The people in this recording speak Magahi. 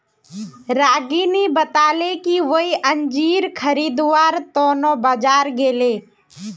रागिनी बताले कि वई अंजीर खरीदवार त न बाजार गेले